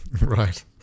Right